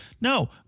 no